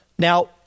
Now